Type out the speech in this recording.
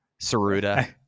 Saruda